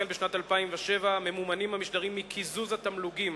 החל בשנת 2007 ממומנים המשדרים מקיזוז התמלוגים